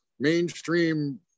mainstream